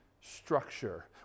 structure